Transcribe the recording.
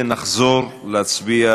ונחזור להצביע